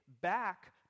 back